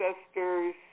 ancestors